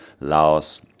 Laos